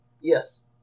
Yes